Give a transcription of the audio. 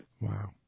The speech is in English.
wow